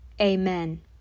Amen